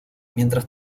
mientras